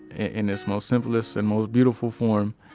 in its most simplest and most beautiful form,